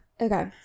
Okay